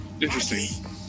interesting